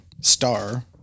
star